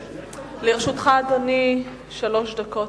לרשותך, אדוני, שלוש דקות.